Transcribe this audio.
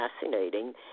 fascinating